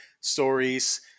stories